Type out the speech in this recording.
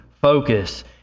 focus